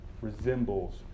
resembles